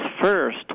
first